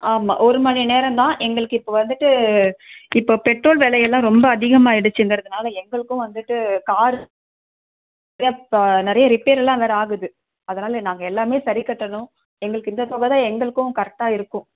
ஆமாம் ஒரு மணி நேரம் தான் எங்களுக்கு இப்போ வந்துட்டு இப்போ பெட்ரோல் விலையெல்லாம் ரொம்ப அதிகமாக ஆயிடுச்சிங்கிறதுனால எங்களுக்கும் வந்துட்டு கார் ரிப் நிறைய ரிப்பேர் எல்லாம் வேறு ஆகுது அதனால் நாங்கள் எல்லாமே சரி கட்டணும் எங்களுக்கு இந்த தொகை தான் எங்களுக்கும் கரெக்டாக இருக்கும்